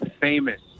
famous